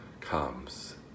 comes